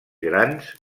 grans